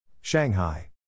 Shanghai